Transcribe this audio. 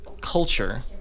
culture